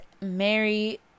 Mary